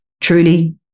truly